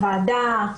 הוועדה,